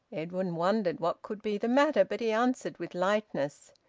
edwin wondered what could be the matter, but he answered with lightness,